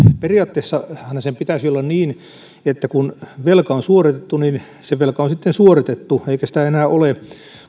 periaatteessahan sen pitäisi olla niin että kun velka on suoritettu niin se velka on sitten suoritettu eikä sitä enää ole